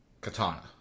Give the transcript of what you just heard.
Katana